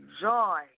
joy